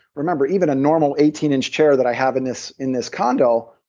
remember, even a normal eighteen inch chair that i have in this in this condo,